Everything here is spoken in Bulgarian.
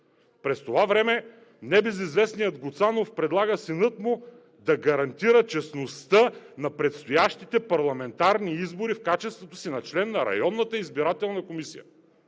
През това време небезизвестният Гуцанов предлага синът му да гарантира честността на предстоящите парламентарни избори в качеството си на член на Районната избирателна комисия.